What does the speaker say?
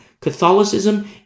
Catholicism